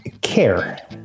Care